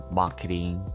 marketing